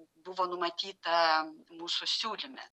buvo numatyta mūsų siūlyme